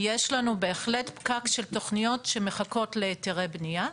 יש לנו בהחלט פקק של תוכניות שמחכות להיתרי בנייה.